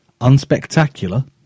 unspectacular